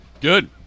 Good